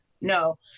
No